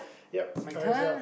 ya I can see how